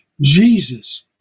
Jesus